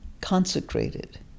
consecrated